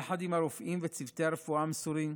יחד עם הרופאים וצוותי הרפואה המסורים,